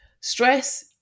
stress